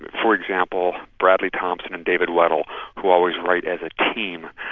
but for example, bradley thompson and david weddell who always write as a team,